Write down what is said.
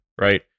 right